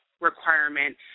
requirement